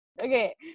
Okay